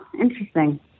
Interesting